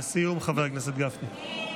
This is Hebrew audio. לסיום, חבר הכנסת גפני.